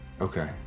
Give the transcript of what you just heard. okay